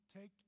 Take